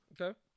Okay